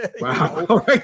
Wow